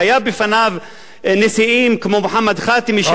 היו לפניו נשיאים כמו מוחמד ח'אתמי,